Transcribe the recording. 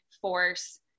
force